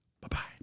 Bye-bye